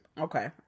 Okay